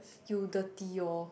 you dirty orh